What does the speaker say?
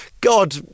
God